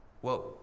Whoa